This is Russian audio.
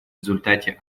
результате